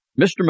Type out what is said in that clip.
Mr